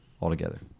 altogether